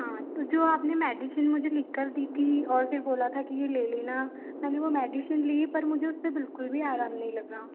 हाँ तो जो अपने मेडिसिन मुझे लिख कर दी थी और फिर बोला था कि ये ले लेना मैंने वो मेडिसिन ली पर मुझे उससे बिल्कुल भी आराम नहीं लगा